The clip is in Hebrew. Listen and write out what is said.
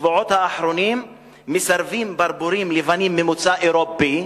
בשבועות האחרונים מסרבים ברבורים לבנים ממוצא אירופי